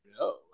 no